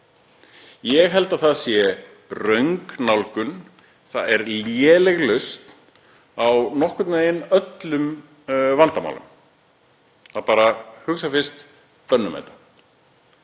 Ég held að það sé röng nálgun. Það er léleg lausn á nokkurn veginn öllum vandamálum að hugsa fyrst: Bönnum þetta.